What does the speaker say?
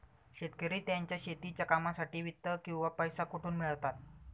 शेतकरी त्यांच्या शेतीच्या कामांसाठी वित्त किंवा पैसा कुठून मिळवतात?